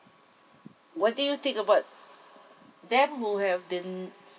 what do you think about them who have been